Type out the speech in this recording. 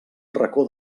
racó